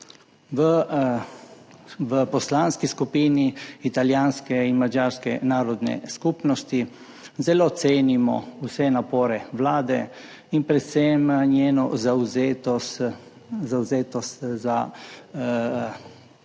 V Poslanski skupini italijanske in madžarske narodne skupnosti zelo cenimo vse napore Vlade in predvsem njeno zavzetost za